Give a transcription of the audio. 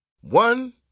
One